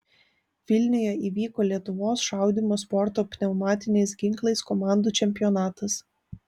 vilniuje įvyko lietuvos šaudymo sporto pneumatiniais ginklais komandų čempionatas